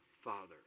Father